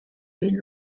been